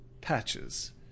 Patches